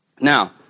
Now